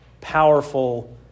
powerful